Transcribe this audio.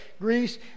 Greece